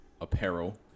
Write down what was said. apparel